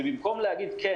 ובמקום להגיד: כן,